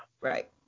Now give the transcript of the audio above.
Right